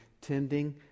tending